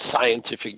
scientific